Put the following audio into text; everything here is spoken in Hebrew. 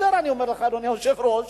אדוני היושב-ראש,